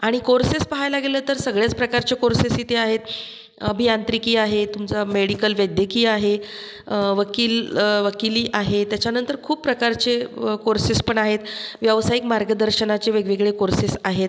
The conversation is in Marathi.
आणि कोर्सेस पाहायला गेलं तर सगळ्याच प्रकारचे कोर्सेस इथे आहेत अभियांत्रिकी आहे तुमचा मेडिकल वैद्यकीय आहे वकील वकिली आहे त्याच्यानंतर खूप प्रकारचे कोर्सेस पण आहेत व्यावसायिक मार्गदर्शनाचे वेगवेगळे कोर्सेस आहेत